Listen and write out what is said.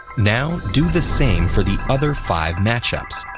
now do the same for the other five matchups.